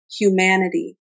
humanity